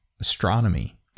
astronomy